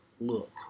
look